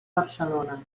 barcelona